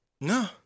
No